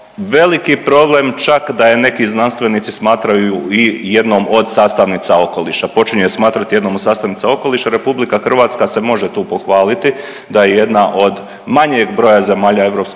veliki problem čak da je neki znanstvenici smatraju i jednom od sastavnica okoliša, počinju je smatrati jednom od sastavnica okoliša. RH se može tu pohvaliti da je jedna od manjeg broja zemalja EU